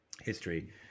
history